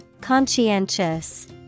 Conscientious